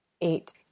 Eight